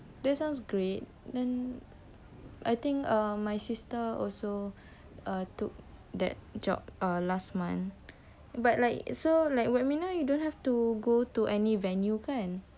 that sounds great then I think err my sister also took that job ah last month but like so like webinar you don't have to go to any venue kan